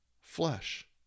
flesh